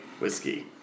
whiskey